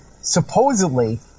supposedly